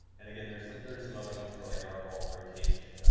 and again, there's some there's some other ones for like arcball rotate.